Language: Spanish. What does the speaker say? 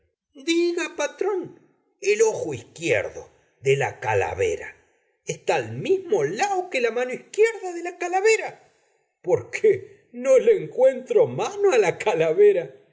diga patrón el ojo isquierdo de la calavera etá al mimo lao que la mano isquierda de la calavera poque no l'encuentro manos a la calavera